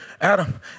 adam